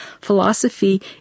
philosophy